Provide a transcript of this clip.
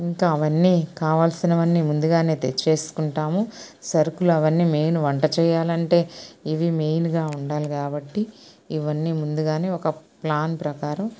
ఇంక అవన్నీ కావాల్సినవన్నీ ముందుగానే తెచ్చేసుకుంటాము సరుకులు అవన్నీ మెయిన్ వంట చేయాలంటే ఇవి మెయిన్గా ఉండాలి కాబట్టి ఇవన్నీ ముందుగానే ఒక ప్లాన్ ప్రకారం